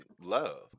love